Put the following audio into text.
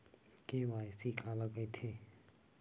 KYC काला कइथे?